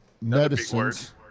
medicines